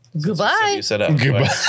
Goodbye